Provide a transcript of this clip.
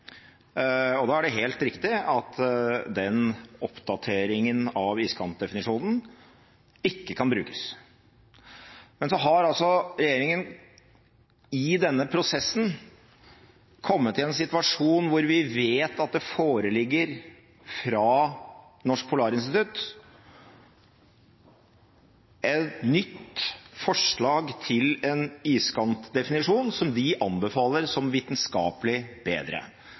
og da er det helt riktig at den oppdateringen av iskantdefinisjonen ikke kan brukes. Men så har altså regjeringen i denne prosessen kommet i en situasjon hvor vi vet at det foreligger fra Norsk Polarinstitutt et nytt forslag til en iskantdefinisjon som de anbefaler som vitenskapelig bedre.